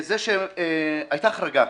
היתה החרגה,